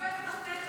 שעובדת תחתיך.